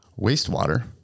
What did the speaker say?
wastewater